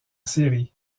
série